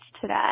today